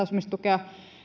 asumistukea